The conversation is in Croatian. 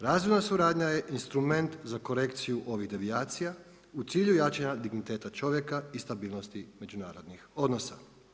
Razvojna suradnja je instrument za korekciju ovih devijacija u cilju jačanja digniteta čovjeka i stabilnosti međunarodnih odnosa.